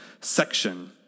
section